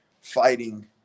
fighting